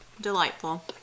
Delightful